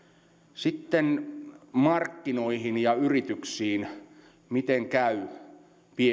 sitten markkinoihin ja yrityksiin miten käy